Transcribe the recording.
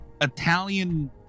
Italian